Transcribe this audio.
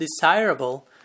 desirable